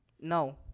No